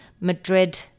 Madrid